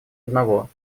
одного